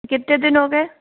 कितने दिन हो गए